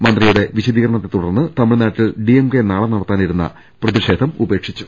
മന്ത്രി യുടെ വിശദീകരണത്തെ തുടർന്ന് തമിഴ്നാട്ടിൽ ഡിഎംകെ നാളെ നടത്താനിരുന്ന പ്രതിഷേധം ഉപേക്ഷിച്ചു